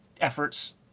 efforts